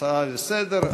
הצעה לסדר-היום,